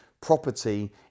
property